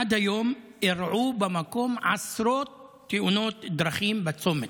עד היום אירעו במקום עשרות תאונות דרכים בצומת.